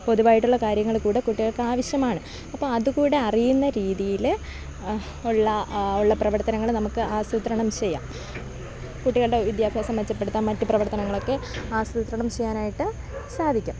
പൊതുവായിട്ടുള്ള കാര്യങ്ങൾ കൂട കുട്ടികൾക്ക് ആവശ്യമാണ് അപ്പം അത്കൂടെ അറിയുന്ന രീതിയിൽ ഒള്ള ഉള്ള പ്രവർത്തനങ്ങൾ നമുക്ക് ആസൂത്രണം ചെയ്യാം കുട്ടികളുടെ വിദ്യാഭ്യാസം മെച്ചപ്പെടുത്താൻ മറ്റു പ്രവർത്തനങ്ങളൊക്കെ ആസൂത്രണം ചെയ്യാനായിട്ട് സാധിക്കും